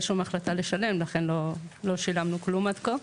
שום החלטה לשלם לכן לא שילמנו כלום עד כה,